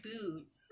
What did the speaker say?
boots